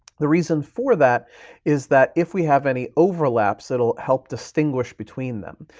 the reason for that is that if we have any overlaps, it'll help distinguish between them.